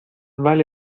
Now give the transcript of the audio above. vale